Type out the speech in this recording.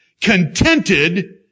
contented